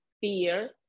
fear